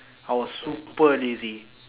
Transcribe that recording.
I was super lazy